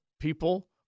people